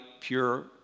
pure